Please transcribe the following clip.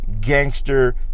gangster